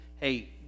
hey